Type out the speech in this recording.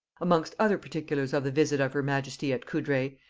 amongst other particulars of the visit of her majesty at coudray,